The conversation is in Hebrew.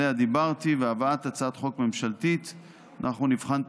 שעליה דיברתי והבאת הצעת חוק ממשלתית אנחנו נבחן את